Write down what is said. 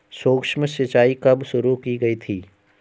सूक्ष्म सिंचाई कब शुरू की गई थी?